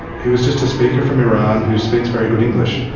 he was just a speaker from iran who speaks very good english.